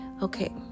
Okay